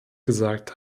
gesagt